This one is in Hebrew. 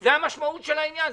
זה המשמעות של העניין.